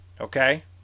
Okay